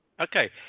Okay